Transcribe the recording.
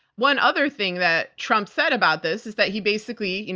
one other thing that trump said about this is that he basically, you know